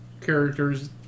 characters